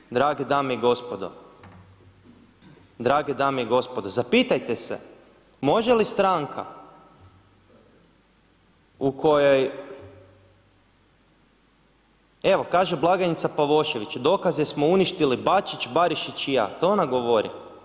I evo, drage dame i gospodo, drage dame i gospodo, zapitajte se može li stranka u kojoj evo, kaže blagajnica Pavošević, dokaze smo uništili, Bačić, Barišić i ja, to ona govori.